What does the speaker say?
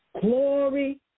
Glory